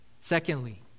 Secondly